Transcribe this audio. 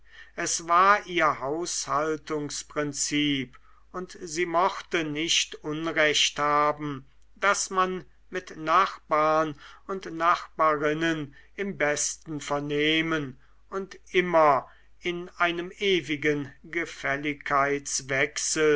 es war ihr haushaltungsprinzip und sie mochte nicht unrecht haben daß man mit nachbarn und nachbarinnen im besten vernehmen und immer in einem ewigen